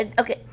Okay